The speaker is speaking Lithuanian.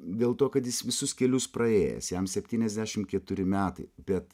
dėl to kad jis visus kelius praėjęs jam septyniasdešimt keturi metai bet